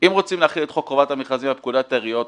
אם רוצים להחיל את חוק חובת המכרזים על פקודת העיריות,